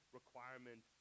requirement